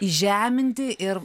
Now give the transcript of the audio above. žeminti ir